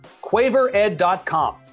QuaverEd.com